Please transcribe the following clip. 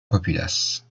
populace